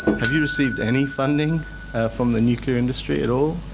have you received any funding from the nuclear industry at all?